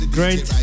great